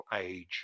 age